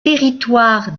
territoires